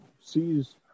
sees